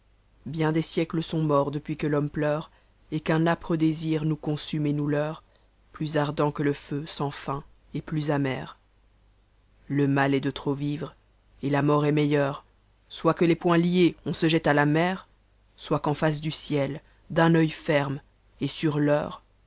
bien des siècles sont morts depuis que l'homme pleure et qa'an âpre désir nous consume et nous leurre plus ardent que le feu sans fin et plus amer le mal est de trop vivre et la mort est meilleure soit que les poings liés on se jette à la mer soit qu'en face dm ciel d'un bit ferme et sur l'heure